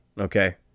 okay